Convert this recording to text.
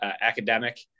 academic